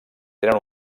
tenen